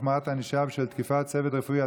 החמרת ענישה בשל תקיפת צוות רפואי),